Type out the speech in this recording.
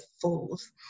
Fools